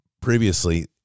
previously